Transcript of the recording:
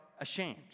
ashamed